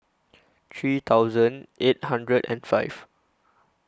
three thousand eight hundred and five